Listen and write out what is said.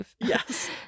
yes